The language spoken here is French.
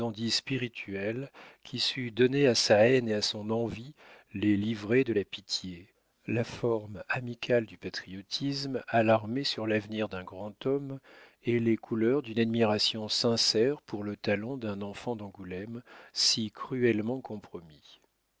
spirituel qui sut donner à sa haine et à son envie les livrées de la pitié la forme amicale du patriotisme alarmé sur l'avenir d'un grand homme et les couleurs d'une admiration sincère pour le talent d'un enfant d'angoulême si cruellement compromis